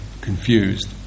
confused